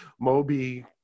Moby